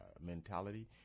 mentality